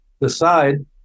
decide